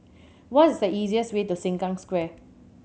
what is the easiest way to Sengkang Square